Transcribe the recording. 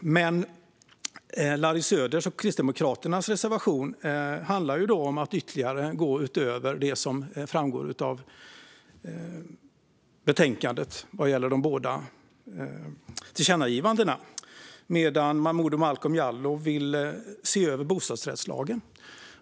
Men Larry Söders och Kristdemokraternas reservation handlar om att gå utöver det som framgår av betänkandet vad gäller de båda tillkännagivandena. Momodou Malcolm Jallow vill å sin sida se över bostadsrättslagen.